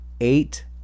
Eight